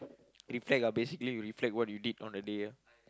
reflect ah basically you reflect what you did on the day ah